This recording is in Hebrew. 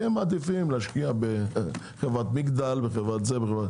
הם מעדיפים להשקיע בחברת מגדל וכו'.